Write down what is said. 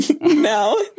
No